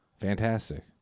fantastic